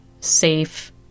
safe